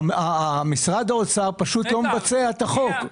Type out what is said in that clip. משרד האוצר פשוט לא מבצע את החוק.